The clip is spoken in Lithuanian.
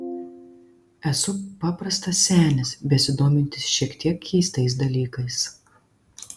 esu paprastas senis besidomintis šiek tiek keistais dalykais